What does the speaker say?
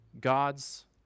God's